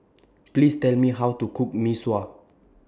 Please Tell Me How to Cook Mee Sua